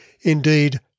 Indeed